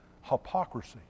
Hypocrisy